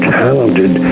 talented